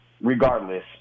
Regardless